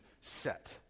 set